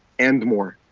and more.